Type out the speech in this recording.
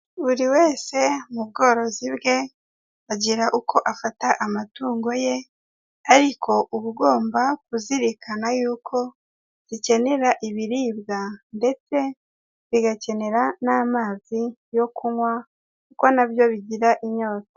Buri wese mu bworozi bwe agira uko afata amatungo ye ariko uba ugomba kuzirikana y'uko zikenera ibiribwa ndetse bigakenera n'amazi yo kunywa kuko na byo bigira inyota.